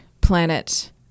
planet